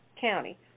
county